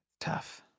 Tough